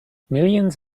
millions